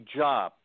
job